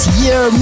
year